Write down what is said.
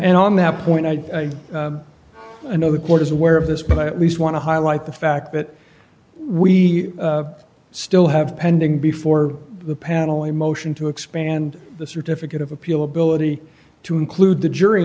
and on that point i know the court is aware of this but at least want to highlight the fact that we still have pending before the panel a motion to expand the certificate of appeal ability to include the jury